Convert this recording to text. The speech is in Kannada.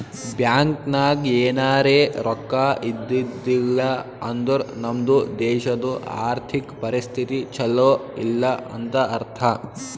ಬ್ಯಾಂಕ್ ನಾಗ್ ಎನಾರೇ ರೊಕ್ಕಾ ಇದ್ದಿದ್ದಿಲ್ಲ ಅಂದುರ್ ನಮ್ದು ದೇಶದು ಆರ್ಥಿಕ್ ಪರಿಸ್ಥಿತಿ ಛಲೋ ಇಲ್ಲ ಅಂತ ಅರ್ಥ